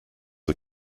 are